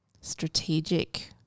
strategic